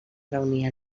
reunir